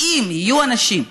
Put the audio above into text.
שאם יהיו אנשים,